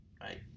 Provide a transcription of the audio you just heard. right